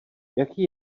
jaký